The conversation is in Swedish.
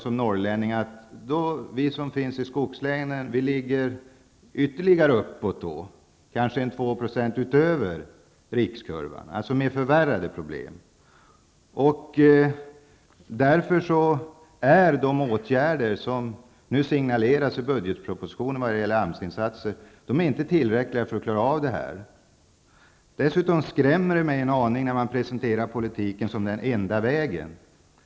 Som norrlänning vet Börje Hörnlund att vi i skogslänen ligger ytterligare en bit upp på den kurvan, kanske 2 % över rikskurvan, med förvärrade problem som följd. Därför är de åtgärder som signaleras i budgetpropositionen vad gäller AMS-insatser inte tillräckliga för att klara av den här situationen. Dessutom skrämmer det mig en aning när man presenterar sin politik som den enda vägen.